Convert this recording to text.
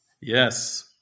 Yes